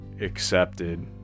accepted